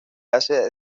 hace